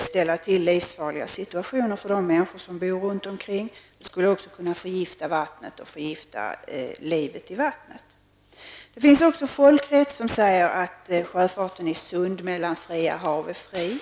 ställa till livsfarliga situationer för människor som bor vid sundet. Det skulle också kunna förgifta vattnet och livet i vattnet. Det finns folkrättsliga regler som säger att sjöfarten i sund mellan fria hav är fri.